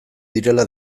direla